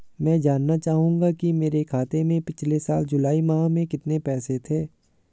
मैं जानना चाहूंगा कि मेरे खाते में पिछले साल जुलाई माह में कितने पैसे थे?